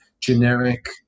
generic